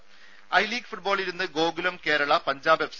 ദേദ I League ഫുട്ബോളിൽ ഇന്ന് ഗോകുലം കേരള പഞ്ചാബ് എഫ്